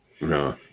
No